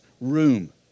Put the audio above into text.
room